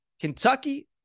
Kentucky